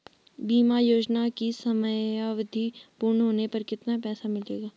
बीमा योजना की समयावधि पूर्ण होने पर कितना पैसा मिलेगा?